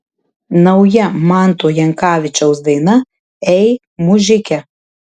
nauja manto jankavičiaus daina ei mužike